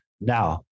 Now